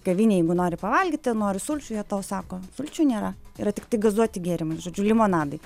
kavinėj jeigu nori pavalgyti nori sulčių jie tau sako sulčių nėra yra tiktai gazuoti gėrimai žodžiu limonadai